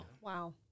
Wow